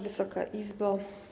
Wysoka Izbo!